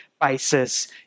basis